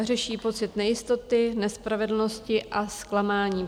Řeší pocit nejistoty, nespravedlnosti a zklamání.